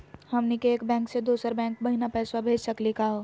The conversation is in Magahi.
हमनी के एक बैंको स दुसरो बैंको महिना पैसवा भेज सकली का हो?